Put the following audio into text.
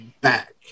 back